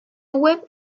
web